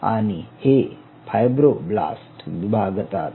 आणि हे फायब्रोब्लास्ट विभागतात